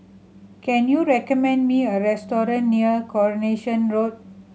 can you recommend me a restaurant near Coronation Road